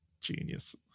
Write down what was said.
genius